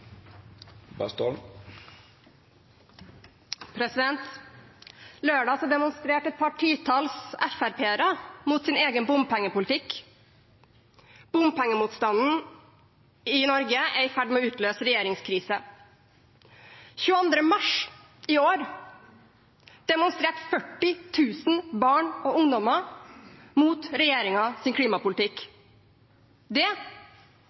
demonstrerte et par titall FrP-ere mot sin egen bompengepolitikk. Bompengemotstanden i Norge er i ferd med å utløse regjeringskrise. Den 22. mars i år demonstrerte 40 000 barn og ungdommer mot regjeringens klimapolitikk. Det